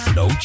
no